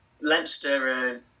leinster